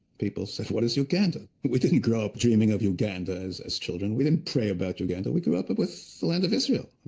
people said, what is uganda? but we didn't grow up dreaming of uganda as as children. we didn't pray about uganda. we grew up up with the land of israel.